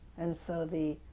and so the